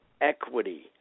equity